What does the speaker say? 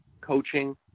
coaching